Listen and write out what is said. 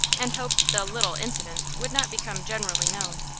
and hoped the little incident would not become generally known.